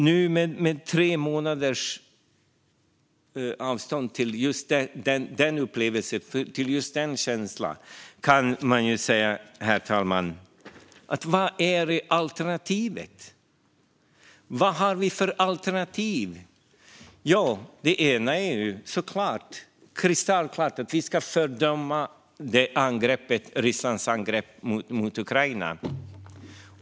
Nu med tre månaders avstånd till just den upplevelsen och känslan kan man ställa frågan, fru talman: Vad har vi för alternativ? Det ena är kristallklart att vi ska fördöma Rysslands angrepp mot Ukraina.